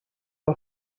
her